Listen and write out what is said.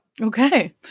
Okay